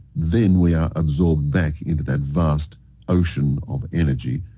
then we are absorbed back into that vast ocean of energy.